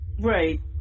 Right